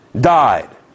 died